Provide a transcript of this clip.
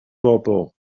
bobl